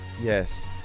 Yes